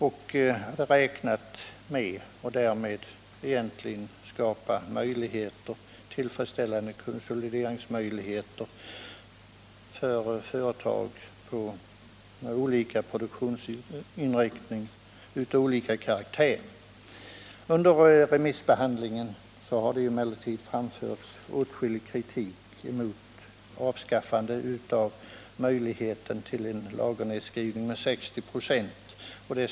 Vi räknade med att därigenom skapa tillfredsställande konsolideringsmöjligheter för företag med olika produktionsinriktning och av olika karaktär. Under remissbehandlingen har det emellertid framförts åtskillig kritik mot avskaffande av möjligheterna till en lagernedskrivning med 60 96.